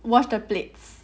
wash the plates